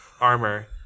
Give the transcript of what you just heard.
armor